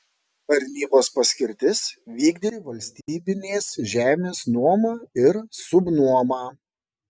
tarnybos paskirtis vykdyti valstybinės žemės nuomą ir subnuomą